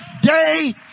day